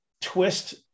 twist